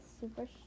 super